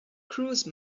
cruise